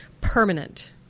permanent